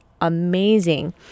amazing